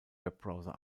webbrowser